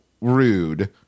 rude